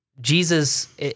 Jesus